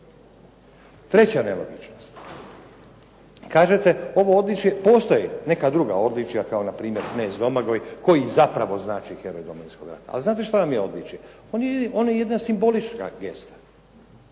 Treća nelogičnost. Kažete ovo odličje postoji, neka druga odličja kao na primjer knez Domagoj koji zapravo znači heroj Domovinskog rata. A znate šta vam je odličje? On je jedna simbolička gesta.